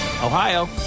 Ohio